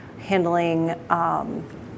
handling